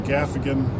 Gaffigan